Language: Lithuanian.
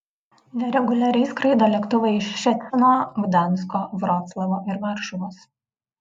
nereguliariai skraido lėktuvai iš ščecino gdansko vroclavo ir varšuvos